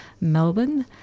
Melbourne